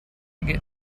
get